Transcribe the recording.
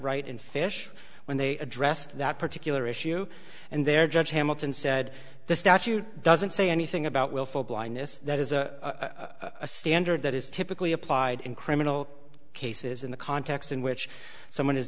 right in fish when they addressed that particular issue and there judge hamilton said the statute doesn't say anything about willful blindness that is a standard that is typically applied in criminal cases in the context in which someone